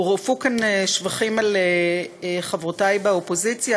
הורעפו כאן שבחים על חברותי באופוזיציה,